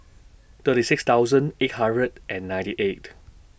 thirty six thousand eight hundred and ninety eight